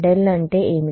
కాబట్టి ∇ అంటే ఏమిటి